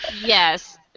Yes